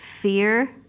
fear